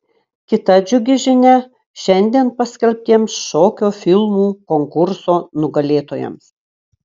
kita džiugi žinia šiandien paskelbtiems šokio filmų konkurso nugalėtojams